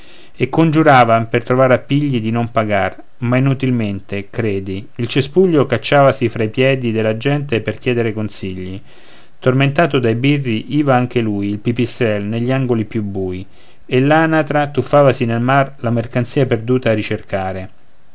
e congiuravan per trovar appigli di non pagar ma inutilmente credi il cespuglio cacciavasi fra i piedi della gente per chiedere consigli tormentato dai birri iva anche lui il pipistrel negli angoli più bui e l'anitra tuffavasi nel mare la mercanzia perduta a ricercare